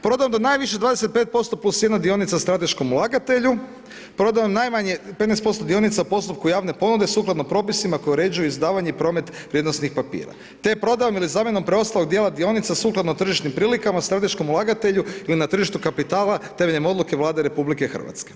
Prodano je najviše 25% plus jedna dionica strateškom ulagatelju, prodano najmanje 15% dionica u postupku javne ponude sukladno propisima koje uređuju izdavanju promet vrijednosnih papira, te prodajom ili zamjenom ostalih dijela dionica sukladno tržišnim prilikama strateškom ulagatelju ili na tržištu kapitala temeljem odluke Vlade RH.